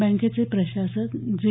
बँकेचे प्रशासक जे